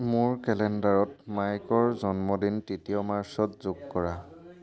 মোৰ কেলেণ্ডাৰত মাইকৰ জন্মদিন তৃতীয় মাৰ্চত যোগ কৰা